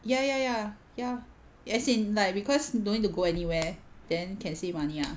ya ya ya ya as in like because you don't need to go anywhere then can save money ah